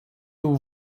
aux